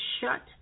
shut